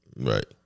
Right